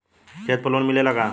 खेत पर लोन मिलेला का?